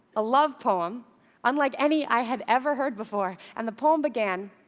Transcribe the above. a love poem unlike any i had ever heard before. and the poem began,